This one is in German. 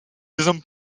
diesem